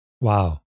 Wow